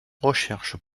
recherches